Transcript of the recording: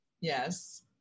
Yes